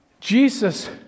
Jesus